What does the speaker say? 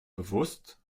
bewusst